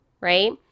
right